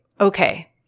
okay